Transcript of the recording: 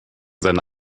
seine